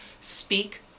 speak